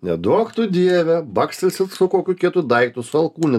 neduok dieve bakstelsi kokiu kietu daiktu su alkūne